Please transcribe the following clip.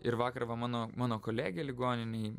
ir vakar va mano mano kolegė ligoninėj